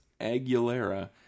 Aguilera